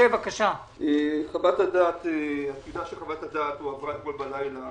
חוות הדעת הועברה אתמול בלילה